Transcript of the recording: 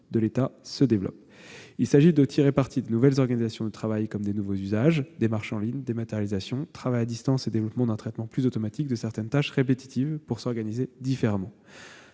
de l'État se développe. Il s'agit de tirer parti des nouvelles organisations du travail comme des nouveaux usages- démarches en ligne, dématérialisation, travail à distance et développement d'un traitement plus automatique de certaines tâches répétitives -pour s'organiser différemment.